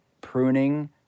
pruning